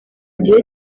gihe